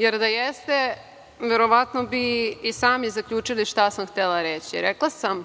jer da jeste verovatno bi i sami zaključili šta sam htela reći. Rekla sam